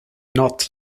not